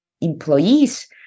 employees